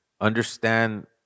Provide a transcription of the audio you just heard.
understand